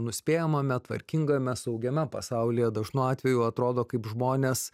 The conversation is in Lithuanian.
nuspėjamame tvarkingame saugiame pasaulyje dažnu atveju atrodo kaip žmonės